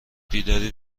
بیداری